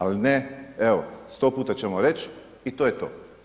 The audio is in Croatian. Ali ne, evo, stoput ćemo reći i to je to.